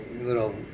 little